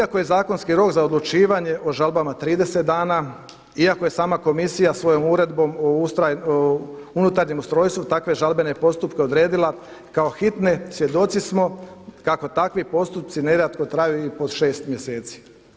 Iako je zakonski rok za odlučivanje o žalbama 30 dana, iako je sama Komisija svojom Uredbom o unutarnjem ustrojstvu takve žalbene postupke odredila kao hitne, svjedoci smo kako takvi postupci nerijetko traju i po 6 mjeseci.